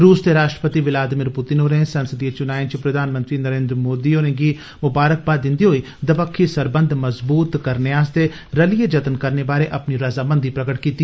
रूस दे राष्ट्रपति ब्लादिमीर पुतिन होरें संसदी चुनाएं च प्रधानमंत्री नरेन्द्र मोदी होरें गी मुबारक दिंदे होई दपक्खी सरबंध मजबूत करने आस्तै रलियै जत्न करने बारे अपनी रजामंदी प्रकट कीती